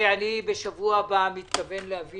בשבוע הבא אני מתכוון להביא